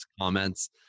comments